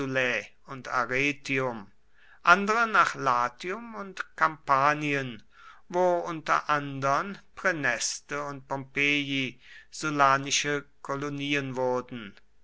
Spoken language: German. und arretium andere nach latium und kampanien wo unter andern praeneste und pompeii sullanische kolonien wurden